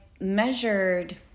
measured